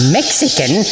Mexican